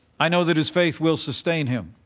i know that his faith will sustain him,